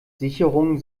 sicherungen